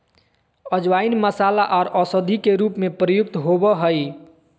अजवाइन मसाला आर औषधि के रूप में प्रयुक्त होबय हइ